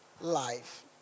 life